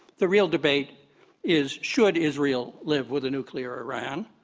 the real debate is, should israel live with a nuclear iran.